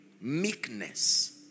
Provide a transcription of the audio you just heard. meekness